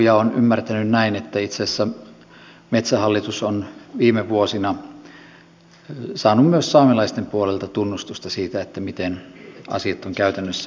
olen ymmärtänyt näin että itse asiassa metsähallitus on viime vuosina saanut myös saamelaisten puolelta tunnustusta siitä miten asiat ovat käytännössä hoituneet